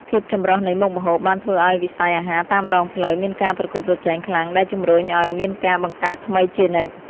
ភាពចម្រុះនៃមុខម្ហូបបានធ្វើឱ្យវិស័យអាហារតាមដងផ្លូវមានការប្រកួតប្រជែងខ្លាំងដែលជំរុញឱ្យមានការបង្កើតថ្មីជានិច្ច។